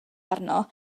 arno